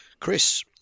Chris